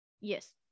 yes